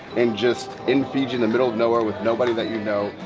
and just, in fiji, in the middle of nowhere with nobody that you know,